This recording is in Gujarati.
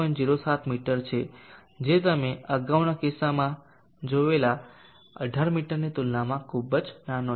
07 મીટર છે જે તમે અગાઉના કિસ્સામાં જોવેલા 18 મીટરની તુલનામાં ખૂબ જ નાનો છે